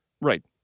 Right